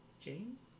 James